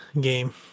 game